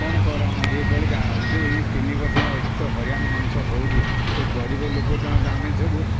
କଣ କରମ ଏଇଭଳିକା ଯେଉଁ ଏଇ ତିନି ବର୍ଷ ହେଲା ଏତେ ହଇରାଣ ମଣିଷ ହେଉଛି ଏଇ ଗରିବ ଲୋକ ଆମେ ସବୁ